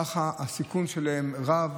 כך הסיכון שלהם רב.